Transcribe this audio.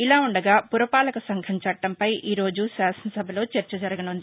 ఇలావుండగా పురపాలక సంఘం చట్టంపై ఈ రోజు శాసనసభలో చర్చ జరగనుంది